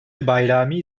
bayrami